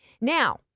Now